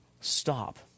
stop